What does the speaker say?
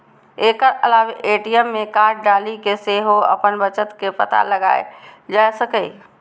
एकर अलावे ए.टी.एम मे कार्ड डालि कें सेहो अपन बचत के पता लगाएल जा सकैए